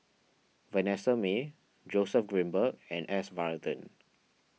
Vanessa Mae Joseph Grimberg and S Varathan